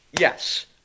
Yes